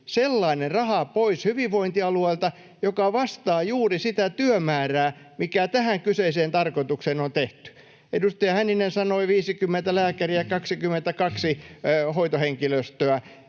sellainen raha, joka vastaa juuri sitä työmäärää, mikä tähän kyseiseen tarkoitukseen on tehty. Edustaja Hänninen sanoi 50 lääkäriä, 22 hoitohenkilöstöön